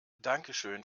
dankeschön